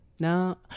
No